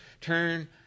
Turn